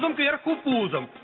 um beautiful museum